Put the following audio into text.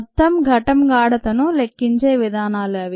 మొత్తం ఘటం గాఢతను లెక్కించే విధానాలు అవి